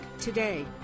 today